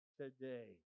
today